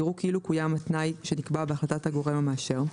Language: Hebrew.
יראו כאילו קוים התנאי שנקבע בהחלטת הגורם המאשר.